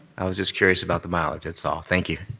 i was just curious about the mileage, that's all. thank you.